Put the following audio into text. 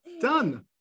Done